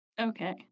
Okay